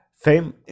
fame